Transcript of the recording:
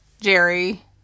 Jerry